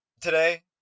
today